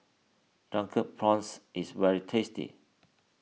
Drunken Prawns is very tasty